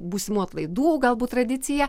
būsimų atlaidų galbūt tradiciją